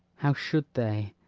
how should they,